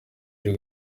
uri